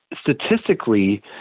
statistically